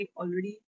already